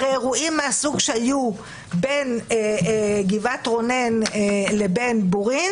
האירועים מהסוג שהיו בין גבעת רונן לבין בורין